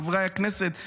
חברי הכנסת,